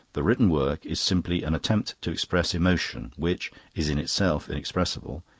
the written work is simply an attempt to express emotion, which is in itself inexpressible,